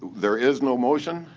there is no motion.